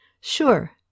Sure